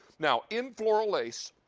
now in floral lace,